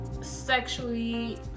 sexually